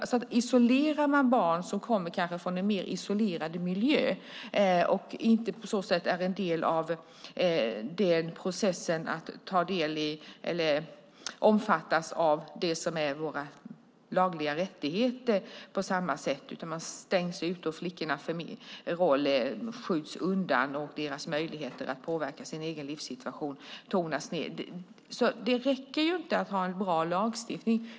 Om man isolerar barn som kanske kommer från en redan isolerad miljö och därför inte på samma sätt omfattas av det som ingår i våra lagliga rättigheter, om de stängs ute, om flickornas roll skjuts undan och deras möjligheter att påverka sin livssituation tonas ned då räcker det inte att ha en bra lagstiftning.